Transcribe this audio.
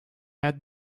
had